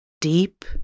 deep